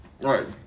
right